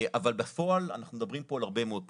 אבל בפועל אנחנו מדברים פה על הרבה מאוד פרויקטים.